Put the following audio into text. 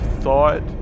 thought